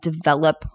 develop